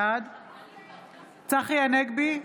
בעד צחי הנגבי,